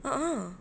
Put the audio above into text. a'ah